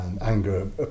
anger